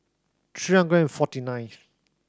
three hundred and forty nineth